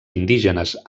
indígenes